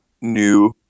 new